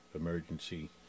emergency